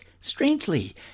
strangely